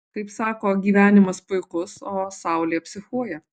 kaip sako gyvenimas puikus o saulė psichuoja